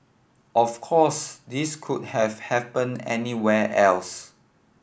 of course this could have happened anywhere else